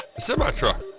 semi-truck